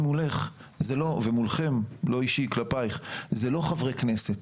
מולך ומולכם זה לא אישי כלפיך זה לא חברי כנסת.